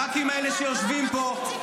הח"כים האלה שיושבים פה,